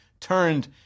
turned